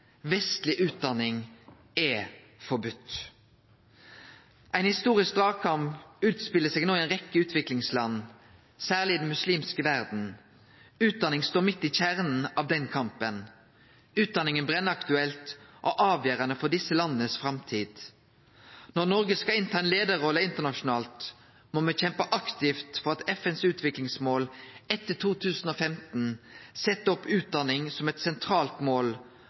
utdanning» er «forbode». Ein historisk dragkamp utspelar seg no i ei rekkje utviklingsland, særleg i den muslimske verda. Utdanning står midt i kjernen av den kampen. Utdanning er brennaktuelt og avgjerande for desse landa si framtid. Når Noreg skal ta ei leiarrolle internasjonalt, må me kjempe aktivt for at FNs utviklingsmål etter 2015 set opp utdanning som eit sentralt mål